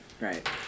right